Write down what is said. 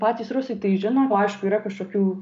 patys rusai tai žino o aišku yra kažkokių